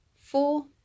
four